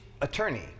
attorney